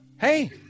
Hey